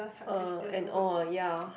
uh and all ya